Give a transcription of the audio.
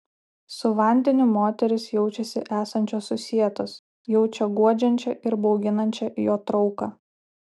su vandeniu moterys jaučiasi esančios susietos jaučia guodžiančią ir bauginančią jo trauką